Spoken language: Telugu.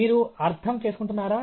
మీరు అర్థం చేసుకుంటున్నారా